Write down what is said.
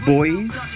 Boys